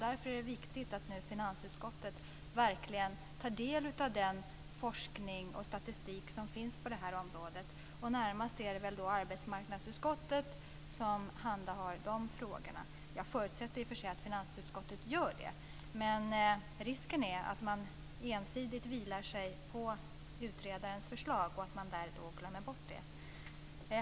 Därför är det viktigt att finansutskottet verkligen tar del av den forskning och statistik som finns på det här området. Det är väl närmast arbetsmarknadsutskottet som har hand om de frågorna. Jag förutsätter i och för sig att finansutskottet gör det, men risken finns att man ensidigt vilar sig på utredarens förslag och glömmer bort detta.